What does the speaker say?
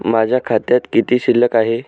माझ्या खात्यात किती शिल्लक आहे?